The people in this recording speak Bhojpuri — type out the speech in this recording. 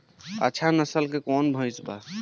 अच्छा नस्ल के कौन भैंस बा?